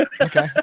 okay